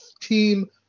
team